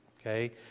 okay